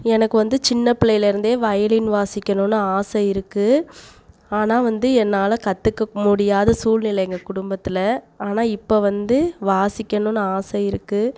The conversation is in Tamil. எனக்கு வந்து சின்ன பிள்ளைலருந்தே வயலின் வாசிக்கணும்னு ஆசை இருக்குது ஆனால் வந்து என்னால் கற்றுக்க முடியாத சூழ்நிலை எங்கள் குடும்பத்தில் ஆனால் இப்போ வந்து வாசிக்கணும்னு ஆசை இருக்குது